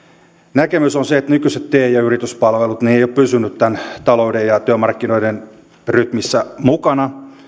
näkemys on se että nykyiset te ja yrityspalvelut eivät ole pysyneet talouden ja työmarkkinoiden rytmissä mukana